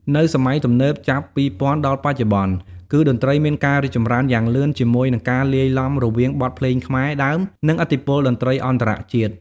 នៅសម័យទំនើបចាប់ ២០០០ ដល់បច្ចុប្បន្ន គឺតន្រ្តីមានការរីកចម្រើនយ៉ាងលឿនជាមួយនឹងការលាយឡំរវាង បទភ្លេងខ្មែរដើម និងឥទ្ធិពលតន្ត្រីអន្តរជាតិ។